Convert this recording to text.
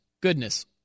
goodness